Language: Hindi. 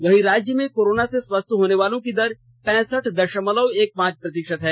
वहीं राज्य में कोरोना से स्वस्थ होने की दर पैंसठ दशमलव एक पांच प्रतिशत है